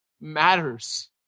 matters